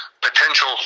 potential